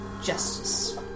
justice